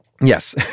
Yes